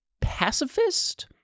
pacifist